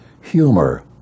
humor